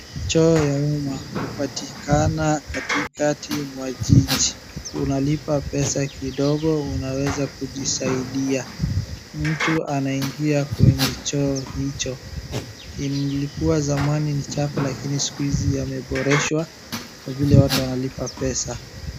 Choo ya umma hupatikana katikati mwa jiji, unalipa pesa kidogo unaweza kujisaidia, mtu anaingia kwenye choo hicho, ilikua zamani ni chafu lakini siku hizi yameboreshwa kwa vile watu wanalipa pesa.